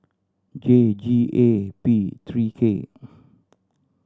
J G A P three K